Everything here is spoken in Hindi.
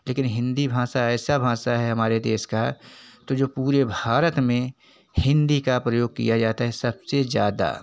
लेकिन हिंदी भाषा ऐसी भाषा है हमारे देश की जो पूरे भारत में हिंदी का प्रयोग किया जाता है सबसे ज़्यादा